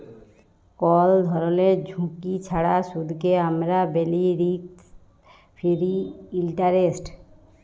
call ধরলের ঝুঁকি ছাড়া সুদকে আমরা ব্যলি রিস্ক ফিরি ইলটারেস্ট